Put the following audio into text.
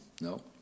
No